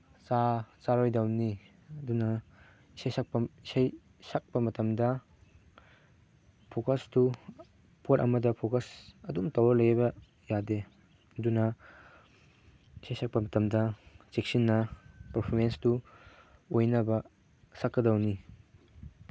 ꯆꯥꯔꯣꯏꯗꯧꯅꯤ ꯑꯗꯨꯅ ꯏꯁꯩ ꯁꯛꯄ ꯃꯇꯝꯗ ꯐꯣꯀꯁꯇꯨ ꯄꯣꯠ ꯑꯃꯗ ꯐꯣꯀꯁ ꯑꯗꯨꯝ ꯇꯧꯔ ꯂꯩꯔꯒ ꯌꯥꯗꯦ ꯑꯗꯨꯅ ꯏꯁꯩ ꯁꯛꯄ ꯃꯇꯝꯗ ꯆꯦꯛꯁꯤꯟꯅ ꯄꯔꯐꯣꯔꯃꯦꯟꯁꯇꯨ ꯑꯣꯏꯅꯕ ꯁꯛꯀꯗꯧꯅꯤ